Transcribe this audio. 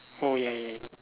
oh ya ya ya